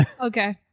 Okay